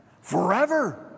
forever